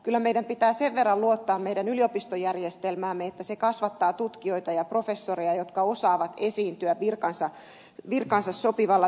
kyllä meidän pitää sen verran luottaa meidän yliopistojärjestelmäämme että se kasvattaa tutkijoita ja professoreja jotka osaavat esiintyä virkaansa sopivalla tavalla